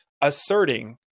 asserting